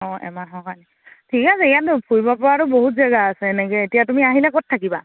অঁ এমাহৰ কাৰণে ঠিকে আছে ইয়াতো ফুৰিব পৰাতো বহুত জেগা আছে এনেকৈ এতিয়া তুমি আহিলে ক'ত থাকিবা